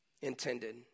intended